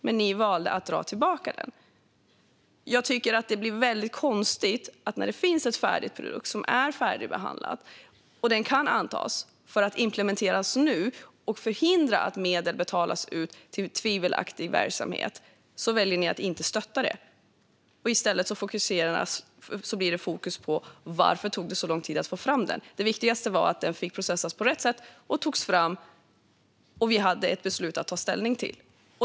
Men ni valde att dra tillbaka den. Jag tycker att det blir väldigt konstigt att ni, när det finns en färdigbehandlad produkt som kan antas för att implementeras nu och förhindra att medel betalas ut till tvivelaktig verksamhet, väljer att inte stötta detta. I stället hamnar fokus på varför det tog så lång tid att få fram den. Det viktigaste var att den processades på rätt sätt och togs fram så att vi hade ett beslut att ta ställning till.